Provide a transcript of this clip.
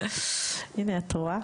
תודה רבה.